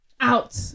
out